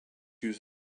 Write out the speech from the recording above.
use